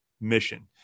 mission